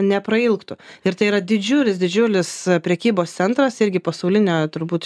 neprailgtų ir tai yra didžiulis didžiulis prekybos centras irgi pasaulinio turbūt